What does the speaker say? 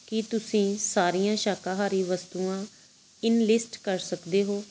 ਕੀ ਤੁਸੀਂ ਸਾਰੀਆਂ ਸ਼ਾਕਾਹਾਰੀ ਵਸਤੂਆਂ ਇਨਲਿਸਟ ਕਰ ਸਕਦੇ ਹੋ